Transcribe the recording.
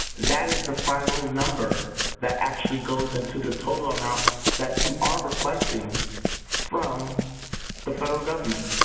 that is the final number that actually goes into the total amount that you are requesting from the federal government.